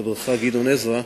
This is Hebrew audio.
חברך גדעון עזרא,